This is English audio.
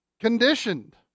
Conditioned